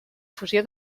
fusió